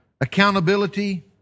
accountability